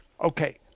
okay